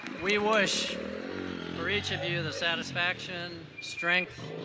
we wish for each of you the satisfaction, strength,